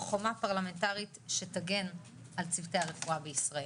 חומה פרלמנטרית שתגן על צוותי הרפואה בישראל.